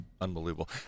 Unbelievable